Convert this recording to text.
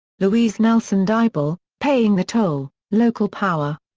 louise nelson dyble paying the toll local power,